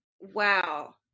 Wow